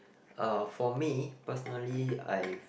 uh for me personally I've